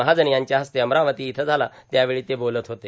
महाजन यांच्या हस्ते अमरावती इथं झाला त्यावेळी ते बोलत होते